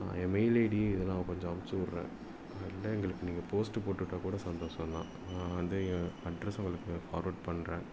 நான் என் mail ID இதெல்லாம் கொஞ்சம் அனுப்பிச்சி விட்றேன் கரெக்ட்டாக எங்களுக்கு நீங்கள் போஸ்ட்டு போட்டு விட்டாக்கூட சந்தோஷந்தான் நான் வந்து என் அட்ரஸ் உங்களுக்கு ஃபார்வேர்ட் பண்ணுறேன்